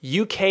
UK